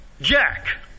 Jack